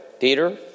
Peter